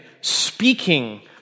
speaking